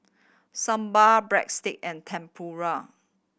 Sambar Breadstick and Tempura